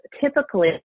typically